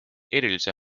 erilise